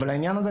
אבל בעניין הזה,